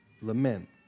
lament